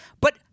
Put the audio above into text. but-